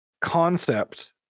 concept